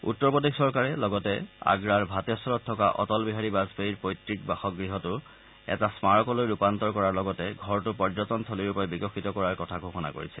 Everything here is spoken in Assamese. উত্তৰ প্ৰদেশ চৰকাৰে লগতে আগ্ৰাৰ ভাটেশ্বৰত থকা অটল বিহাৰী বাজপেয়ীৰ পৈত্ৰিক বাসগ্হতো এটা স্মাৰকলৈ ৰূপান্তৰ কৰাৰ লগতে ঘৰটো পৰ্যটনথলীৰূপে বিকশিত কৰাৰ কথা ঘোষণা কৰিছে